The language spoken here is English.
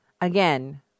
again